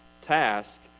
task